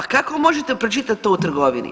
A kako možete pročitati to u trgovini?